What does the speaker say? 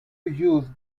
use